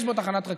יש בו תחנת רכבת,